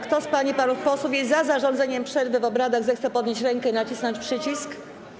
Kto z pań i panów posłów jest za zarządzeniem przerwy w obradach, zechce podnieść rękę i nacisnąć przycisk.